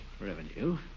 revenue